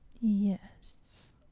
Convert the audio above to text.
Yes